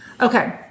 Okay